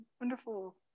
Wonderful